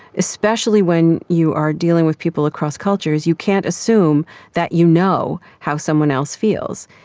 especially when you are dealing with people across cultures, you can't assume that you know how someone else feels.